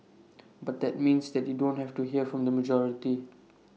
but that means that you don't hear from the majority